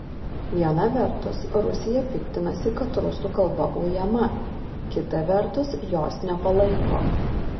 viena vertus rusija piktinasi kad rusų kalba ujama kita vertus jos nepalaiko